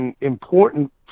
important